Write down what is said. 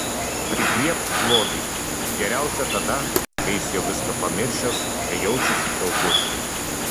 prigriebk blogį geriausia tada kai jis jau viską pamiršęs kai jaučiasi saugus